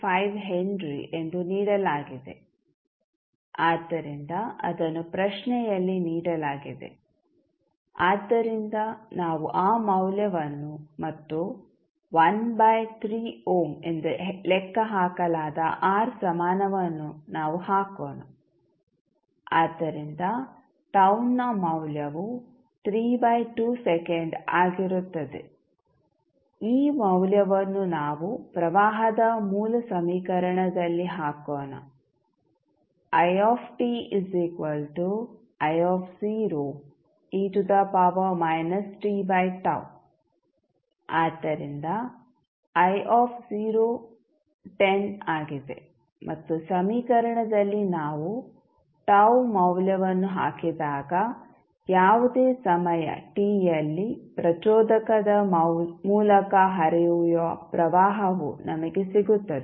5 henry ಎಂದು ನೀಡಲಾಗಿದೆ ಆದ್ದರಿಂದ ಅದನ್ನು ಪ್ರಶ್ನೆಯಲ್ಲಿ ನೀಡಲಾಗಿದೆ ಆದ್ದರಿಂದ ನಾವು ಆ ಮೌಲ್ಯವನ್ನು ಮತ್ತು 1 ಬೈ 3 ಓಮ್ ಎಂದು ಲೆಕ್ಕಹಾಕಲಾದ R ಸಮಾನವನ್ನು ನಾವು ಹಾಕೋಣ ಆದ್ದರಿಂದ ಟೌ ನ ಮೌಲ್ಯವು 3 ಬೈ 2 ಸೆಕೆಂಡ್ ಆಗಿರುತ್ತದೆ ಈ ಮೌಲ್ಯವನ್ನು ನಾವು ಪ್ರವಾಹದ ಮೂಲ ಸಮೀಕರಣದಲ್ಲಿ ಹಾಕೋಣ ಆದ್ದರಿಂದ ಆಗಿದೆ ಮತ್ತು ಸಮೀಕರಣದಲ್ಲಿ ನಾವು ಟೌ ಮೌಲ್ಯವನ್ನು ಹಾಕಿದಾಗ ಯಾವುದೇ ಸಮಯ ಟಿಯಲ್ಲಿ ಪ್ರಚೋದಕದ ಮೂಲಕ ಹರಿಯುವ ಪ್ರವಾಹವು ನಮಗೆ ಸಿಗುತ್ತದೆ